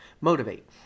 motivate